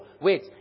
wait